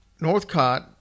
Northcott